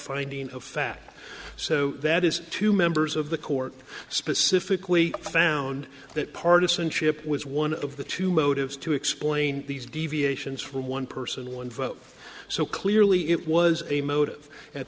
finding of fact so that is two members of the court specifically found that partisanship was one of the two motives to explain these deviations from one person one vote so clearly it was a motive at